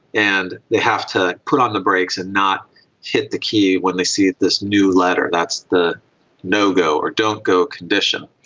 and they have to put on the brakes and not hit the key when they see this new letter, that's the no-go or don't go condition.